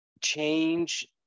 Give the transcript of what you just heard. change